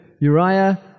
Uriah